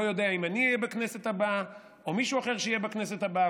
לא יודע אם אני אהיה בכנסת הבאה או מישהו אחר יהיה בכנסת הבאה,